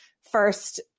first